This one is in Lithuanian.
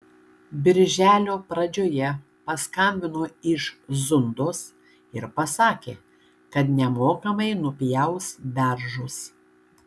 birželio pradžioje paskambino iš zundos ir pasakė kad nemokamai nupjaus beržus